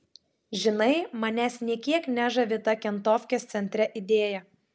žinai manęs nė kiek nežavi ta kentofkės centre idėja